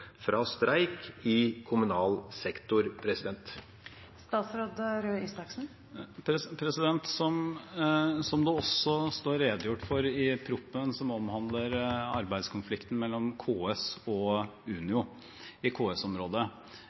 fra streik i kommunal sektor? Som det også står redegjort for i proposisjonen som omhandler arbeidskonflikten mellom KS og Unio i